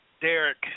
Derek